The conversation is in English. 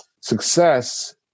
success